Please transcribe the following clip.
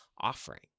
offering